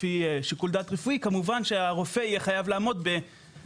לפי שיקול דעת רפואי הרופא יהיה חייב לעמוד באמות